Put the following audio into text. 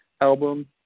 album